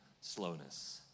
slowness